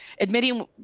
admitting